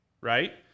Right